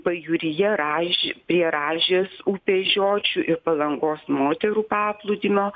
pajūryje raž prie rąžės upės žiočių ir palangos moterų paplūdimio